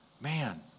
Man